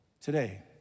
Today